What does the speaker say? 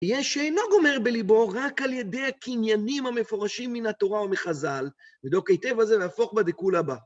תהיה שאינוג אומר בליבו רק על ידי הקניינים המפורשים מן התורה ומחזל, בדוק היטב הזה מהפוך בדיקול הבא.